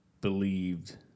believed